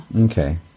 okay